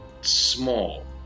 small